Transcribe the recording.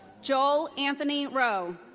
joel anthony rowe.